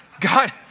God